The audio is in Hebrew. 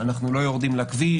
אנחנו לא יורדים לכביש,